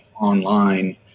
online